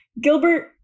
Gilbert